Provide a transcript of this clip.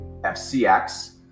FCX